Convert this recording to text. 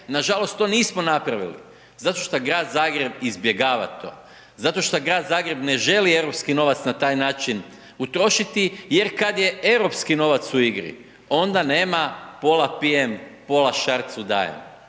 nažalost to nismo napravili zato što grad Zagreb izbjegava to, zato što grad Zagreb ne želi europski novac na taj način utrošiti jer kada je europski novac u igri, onda nema pola pijem, pola šarcu dajem.